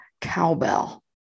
cowbell